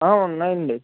ఉన్నాయండి